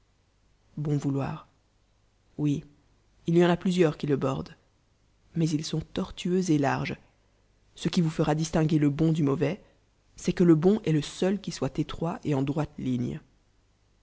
s'égarer llon voulorr oui il y en a plusieurs qui le bordent mais ils sont tortueux et larges ce qui vous fera distinguer le bon du ruauvais c'est que le bon est le seul qui soit étroit et en droite ligne